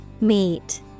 Meet